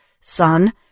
son